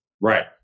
Right